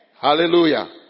Hallelujah